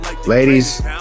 Ladies